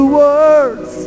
words